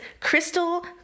Crystal